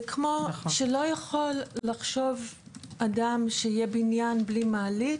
זה כמו שלא יכול לחשוב אדם שיהיה בניין בלי מעלית